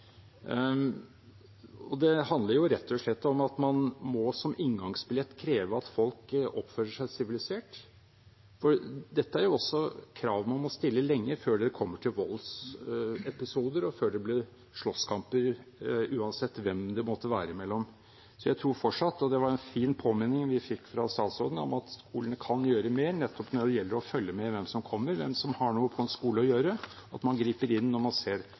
Det handler rett og slett om at man må – som inngangsbillett – kreve at folk oppfører seg sivilisert, og dette er krav man må stille lenge før det kommer til voldsepisoder og før det blir slåsskamper, uansett hvem det måtte være imellom. Så jeg tror fortsatt – og det var en fin påminning vi fikk fra statsråden – at skolene kan gjøre mer nettopp når det gjelder å følge med på hvem som kommer, hvem som har noe på en skole å gjøre, og at man griper inn når man ser